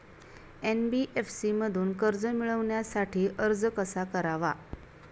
NBFC मधून कर्ज मिळवण्यासाठी अर्ज कसा करावा?